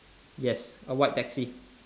yes a white taxi